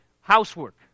housework